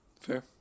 Fair